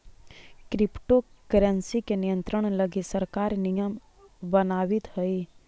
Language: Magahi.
क्रिप्टो करेंसी के नियंत्रण लगी सरकार नियम बनावित हइ